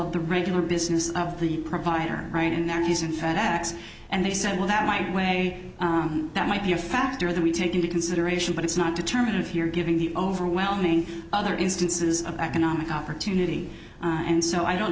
of the regular business of the provider and they're using facts and they said well that might weigh that might be a factor that we take into consideration but it's not determined if you're giving the overwhelming other instances of economic opportunity and so i don't